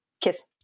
kiss